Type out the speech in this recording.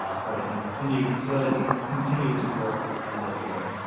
ah so to continue so that i can continue to work and live here.